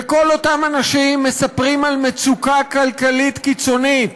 וכל אותם אנשים מספרים על מצוקה כלכלית קיצונית,